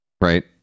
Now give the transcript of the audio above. right